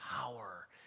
power